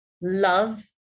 love